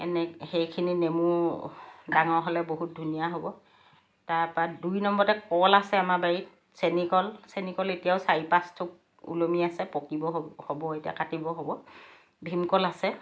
এনে সেইখিনি নেমু ডাঙৰ হ'লে বহুত ধুনীয়া হ'ব তাৰ পৰা দুই নম্বৰতে কল আছে আমাৰ বাৰীত চেনিকল চেনিকল এতিয়াও চাৰি পাঁচথোক ওলমি আছে পকিবৰ হ'ল হ'ব এতিয়া কাটিবৰ হ'ব ভীমকল আছে